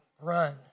Run